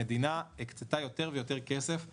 המדינה הקצתה יותר ויותר כסף לתשתיות.